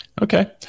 Okay